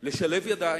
לשלב ידיים,